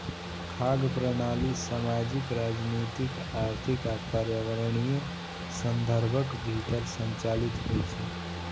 खाद्य प्रणाली सामाजिक, राजनीतिक, आर्थिक आ पर्यावरणीय संदर्भक भीतर संचालित होइ छै